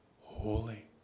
holy